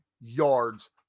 yards